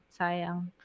Sayang